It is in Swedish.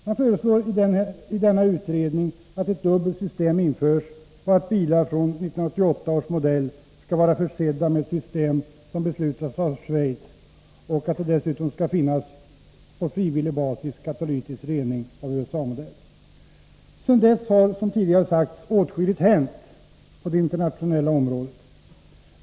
Man föreslår i denna utredning att ett dubbelt system införs och att bilar fr.o.m. 1988 års modell skall vara försedda med ett sådant system som beslutats av Schweiz och att det dessutom, på frivillig basis, skall finnas katalytisk rening av USA-modell. Sedan dess har, som tidigare sagts, åtskilligt hänt på det internationella området.